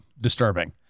disturbing